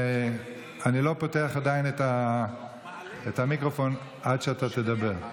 אני לא פותח עדיין את המיקרופון עד שאתה תדבר.